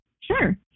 Sure